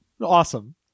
Awesome